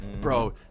bro